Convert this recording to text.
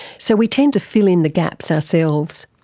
so we tend to fill in the gaps ourselves.